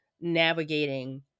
navigating